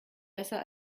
besser